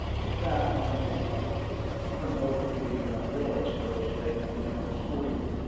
with that, i'm going to turn it over to the real experts so they can begin to school you.